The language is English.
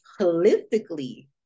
holistically